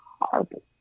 horrible